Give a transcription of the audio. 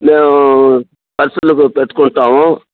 మేము ఖర్చులకు పెట్టుకుంటాము